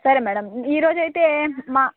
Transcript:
సరే మేడమ్ ఈరోజు అయితే మా